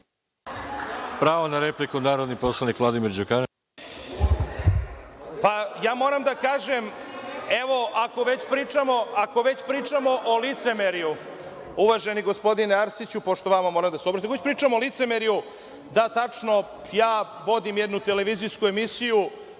Pravo na repliku, Vladimir Đukanović. **Vladimir Đukanović** Ja moram da kažem, evo, ako već pričamo o licemerju, uvaženi gospodine Arsiću, pošto vama moram da se obratim, ako već pričamo o licemerju, da, tačno, ja vodim jednu televizijsku emisiju